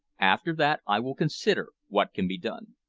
after that i will consider what can be done.